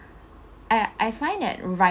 I I find that